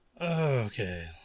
Okay